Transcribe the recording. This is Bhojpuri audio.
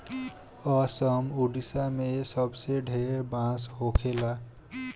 असम, ओडिसा मे सबसे ढेर बांस होखेला